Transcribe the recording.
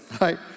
right